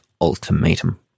ultimatum